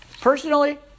Personally